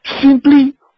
simply